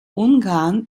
ungarn